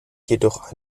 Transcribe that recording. jedoch